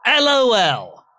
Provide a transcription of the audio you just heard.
LOL